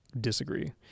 disagree